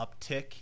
uptick